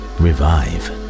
revive